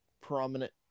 prominent